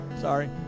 Sorry